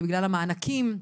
בגלל המענקים,